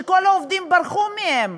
שכל העובדים ברחו מהם.